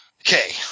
Okay